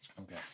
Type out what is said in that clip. Okay